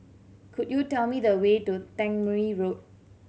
could you tell me the way to Tangmere Road